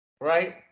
Right